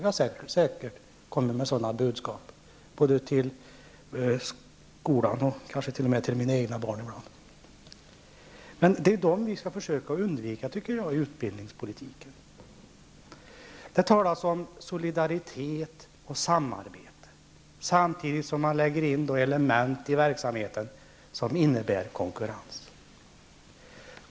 Jag har säkert kommit med sådana budskap både till skolan och kanske t.o.m. till mina egna barn. Det är detta vi måste försöka undvika i utbildningspolitiken. Det talas om solidaritet och samarbete, samtidigt som man lägger in element i verksamheten som innebär konkurrens.